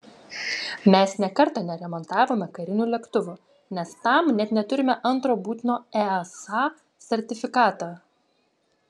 mes nė karto neremontavome karinių lėktuvų nes tam net neturime antro būtino easa sertifikato